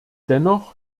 dennoch